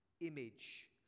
image